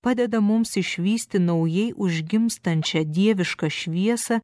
padeda mums išvysti naujai užgimstančią dievišką šviesą